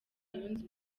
yunze